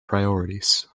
priorities